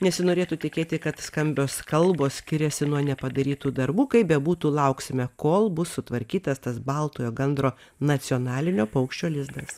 nesinorėtų tikėti kad skambios kalbos skiriasi nuo nepadarytų darbų kaip bebūtų lauksime kol bus sutvarkytas tas baltojo gandro nacionalinio paukščio lizdas